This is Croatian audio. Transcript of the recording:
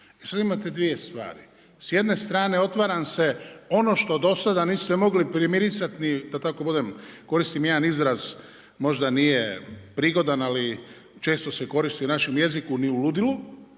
I sada imate dvije stvari, s jedne strane otvara vam se ono što do sada niste mogli primirisati da tako budem, koristim jedan izraz možda nije prigodan ali često se koristi u našem jeziku ni u ludilu,